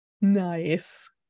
nice